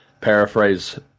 paraphrase